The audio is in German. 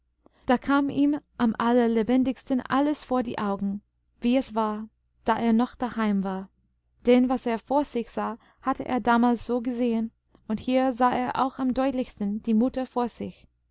da kam ihm am allerlebendigsten alles vor die augen wie es war da er noch daheim war denn was er vor sich sah hatte er damals so gesehen und hier sah er auch am deutlichsten die mutter vor sich